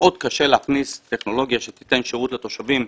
ומאוד קשה להכניס טכנולוגיה שתיתן שירות לתושבים,